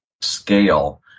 scale